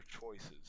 choices